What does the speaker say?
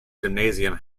gymnasium